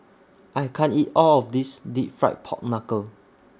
I can't eat All of This Deep Fried Pork Knuckle